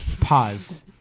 Pause